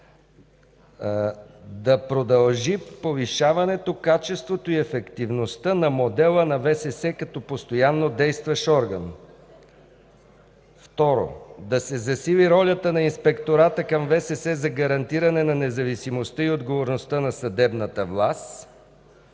да продължи повишаването качеството и ефективността на модела на ВСС, като постоянно действащ орган; - да се засили ролята на Инспектората към ВСС за гарантиране на независимостта и отговорността на съдебната власт;